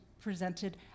presented